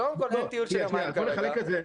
אתה יכול לחלק את זה,